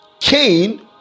Cain